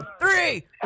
three